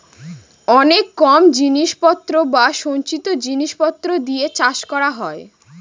অনেক কম জিনিস পত্র বা সঞ্চিত জিনিস পত্র দিয়ে চাষ করা হয়